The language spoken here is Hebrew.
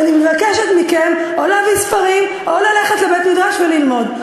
ואני מבקשת מכם או להביא ספרים או ללכת לבית-מדרש וללמוד.